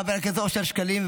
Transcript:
חבר הכנסת אושר שקלים,